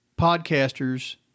podcasters